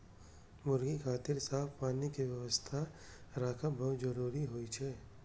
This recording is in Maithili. मुर्गी खातिर साफ पानी के व्यवस्था राखब बहुत जरूरी होइ छै